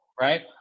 right